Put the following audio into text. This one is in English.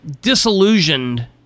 disillusioned